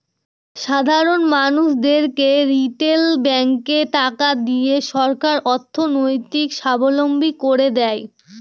সাধারন মানুষদেরকে রিটেল ব্যাঙ্কে টাকা দিয়ে সরকার অর্থনৈতিক সাবলম্বী করে দেয়